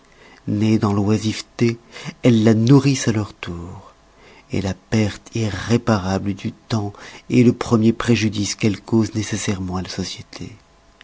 nées dans l'oisiveté elles la nourrissent à leur tour la perte irréparable du temps est le premier préjudice qu'elle causent nécessairement à la société